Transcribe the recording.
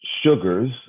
Sugar's